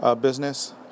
business